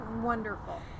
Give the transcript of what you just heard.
wonderful